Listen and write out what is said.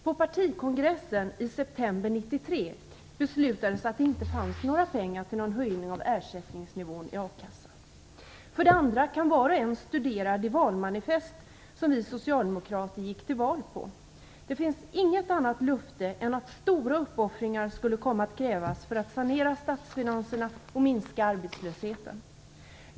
På partikongressen i september 1993 beslutades att det inte fanns några pengar för en höjning av ersättningsnivån i akassan. För det andra kan var och en studera det valmanifest som vi socialdemokrater gick till val på. Det finns inget annat löfte än att stora uppoffringar skulle komma att krävas för att sanera statsfinanserna och minska arbetslösheten.